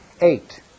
Eight